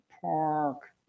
Park